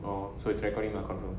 orh so it's recording lah confirm